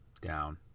down